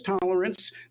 tolerance